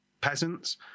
peasants